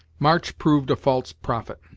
march proved a false prophet.